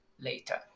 later